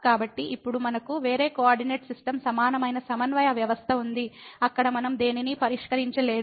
కాబట్టి ఇప్పుడు మనకు వేరే కోఆర్డినేట్ సిస్టమ్ సమానమైన సమన్వయ వ్యవస్థ ఉంది అక్కడ మనం దేనినీ పరిష్కరించలేదు